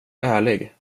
ärlig